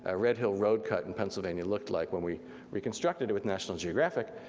ah red hill road cut in pennsylvania looked like when we reconstructed it with national geographic.